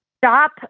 Stop